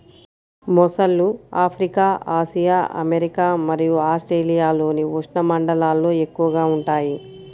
మొసళ్ళు Africa, Asia, America మరియు ఆస్ట్రేలియాలోని ఉష్ణమండలాల్లో ఎక్కువగా ఉంటాయి